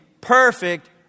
perfect